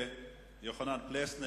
תודה לחבר הכנסת יוחנן פלסנר.